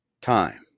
time